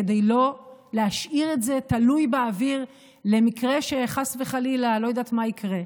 כדי לא להשאיר את זה תלוי באוויר למקרה שחס וחלילה לא יודעת מה יקרה.